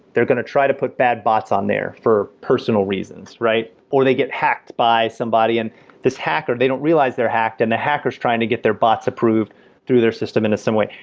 they're going to try to put bad bots on there for personal reasons, right? or they get hacked by somebody and this hacker, they don't realize they're hacked and the hacker is trying to get their bots approved through their system into some way.